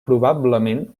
probablement